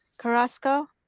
carrasco,